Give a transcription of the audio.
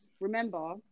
remember